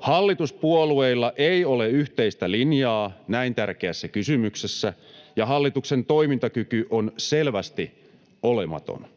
Hallituspuolueilla ei ole yhteistä linjaa näin tärkeässä kysymyksessä, ja hallituksen toimintakyky on selvästi olematon.